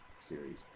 series